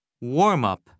Warm-up